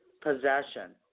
Possession